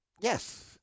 Yes